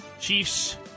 Chiefs